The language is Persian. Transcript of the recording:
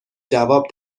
جواب